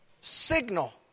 signal